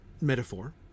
metaphor